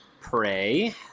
pray